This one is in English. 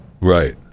Right